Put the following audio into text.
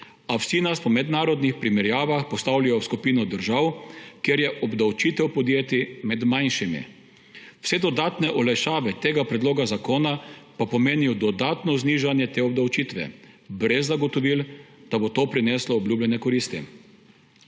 a vsi nas po mednarodnih primerjavah postavljajo v skupino držav, kjer je obdavčitev podjetij med manjšimi. Vse dodatne olajšave tega predloga zakona pa pomenijo dodatno znižanje te obdavčitve brez zagotovil, da bo to prineslo obljubljene koristi.